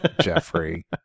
Jeffrey